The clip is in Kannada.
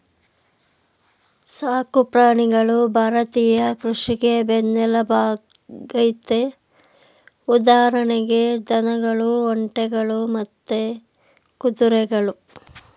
ಸಾಕು ಪ್ರಾಣಿಗಳು ಭಾರತೀಯ ಕೃಷಿಗೆ ಬೆನ್ನೆಲ್ಬಾಗಯ್ತೆ ಉದಾಹರಣೆಗೆ ದನಗಳು ಒಂಟೆಗಳು ಮತ್ತೆ ಕುದುರೆಗಳು